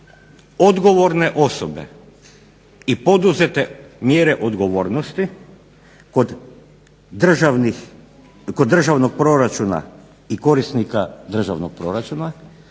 odgovorne osobe i poduzete mjere odgovornosti kod državnog proračuna i korisnika državnog proračuna